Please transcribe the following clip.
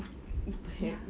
okay what the heck